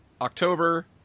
October